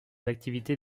activités